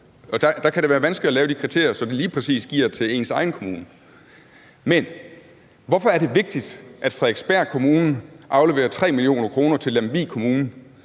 der kan det være vanskeligt at lave de kriterier, så det lige præcis giver til ens egen kommune. Men hvorfor er det vigtigt, at Frederiksberg Kommune afleverer 3 mio. kr. til Lemvig Kommune,